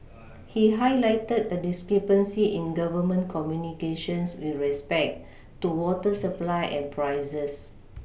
he highlighted a discrepancy in Government communications with respect to water supply and prices